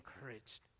encouraged